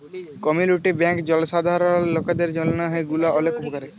community bank জলসাধারল লকদের জন্হে গুলা ওলেক উপকারী